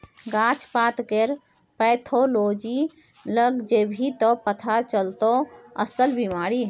गाछ पातकेर पैथोलॉजी लग जेभी त पथा चलतौ अस्सल बिमारी